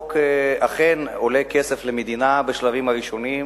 החוק אכן עולה כסף למדינה בשלבים הראשונים,